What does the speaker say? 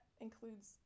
includes